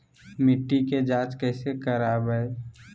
मिट्टी के जांच कैसे करावय है?